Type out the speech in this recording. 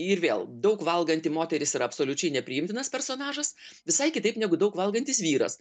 ir vėl daug valganti moteris yra absoliučiai nepriimtinas personažas visai kitaip negu daug valgantis vyras